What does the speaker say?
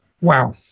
Wow